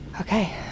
Okay